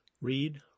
Read